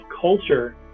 culture